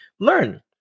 Learn